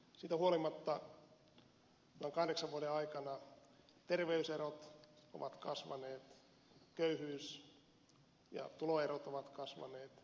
siitä huolimatta tämän kahdeksan vuoden aikana terveyserot ovat kasvaneet köyhyys ja tuloerot ovat kasvaneet